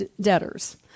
debtors